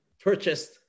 purchased